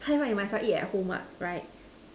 highlight must not eat at home lah right